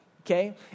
okay